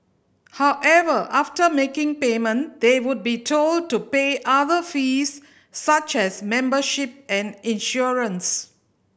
however after making payment they would be told to pay other fees such as membership and insurance